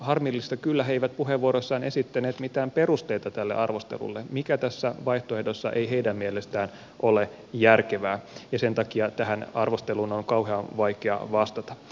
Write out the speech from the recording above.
harmillista kyllä he eivät puheenvuoroissaan esittäneet mitään perusteita tälle arvostelulle mikä tässä vaihtoehdossa ei heidän mielestään ole järkevää ja sen takia tähän arvosteluun on kauhean vaikea vastata